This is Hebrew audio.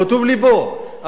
בטוב לבו,